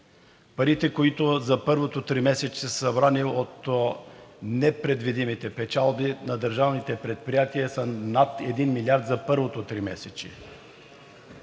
Парите, които за първото тримесечие са събрани от непредвидимите печалби на държавните предприятия, са над един милиард за първото тримесечие.